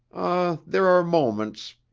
ah, there are moments.